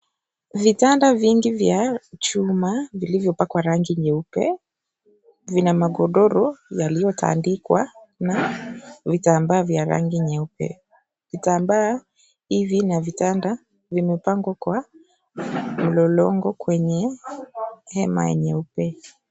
Vitanda vingi vya chuma vilivyopakwa rangi nyeupe vina magodoro vilivyotandikwa na vitambaa vya rangi nyeupe, vitambaa hivi na vitanda vimepangwa kwa mlolongo kwenye hema meupe